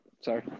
Sorry